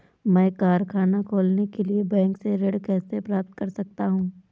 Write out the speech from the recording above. मैं कारखाना खोलने के लिए बैंक से ऋण कैसे प्राप्त कर सकता हूँ?